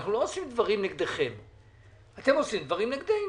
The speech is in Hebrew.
אנחנו לא עושים דברים נגדכם אלא אתם כל הזמן עושים דברים נגדנו.